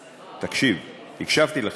תקשיב, הקשבתי לך,